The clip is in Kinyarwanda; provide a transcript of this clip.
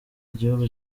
igihugu